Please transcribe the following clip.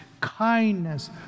kindness